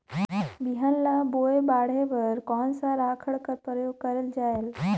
बिहान ल बोये बाढे बर कोन सा राखड कर प्रयोग करले जायेल?